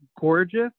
gorgeous